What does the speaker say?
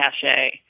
cachet